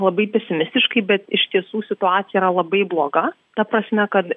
labai pesimistiškai bet iš tiesų situacija yra labai bloga ta prasme kad